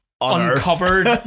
uncovered